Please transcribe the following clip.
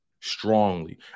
strongly